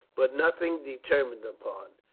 but nothing determined upon,